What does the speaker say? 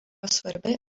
svarbi